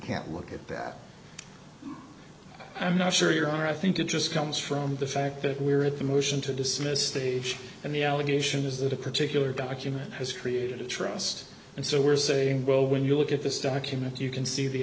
can't look at that i'm not sure your honor i think interest comes from the fact that we're at the motion to dismiss the and the allegation is that a particular document has created a trust and so we're saying well when you look at this document you can see the